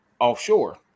offshore